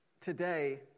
today